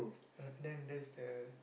then that's the